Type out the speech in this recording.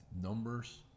numbers